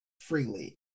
freely